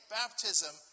baptism